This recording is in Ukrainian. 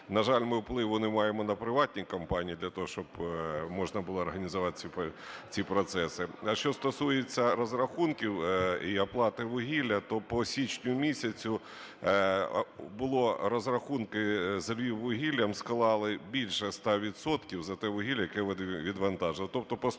На жаль, ми впливу не маємо на приватні компанії для того, щоб можна було організувати ці процеси. А що стосується розрахунків і оплати вугілля, то по січню місяцю були розрахунки з "Львіввугіллям", склали більше ста відсотків за те вугілля, яке відвантажили.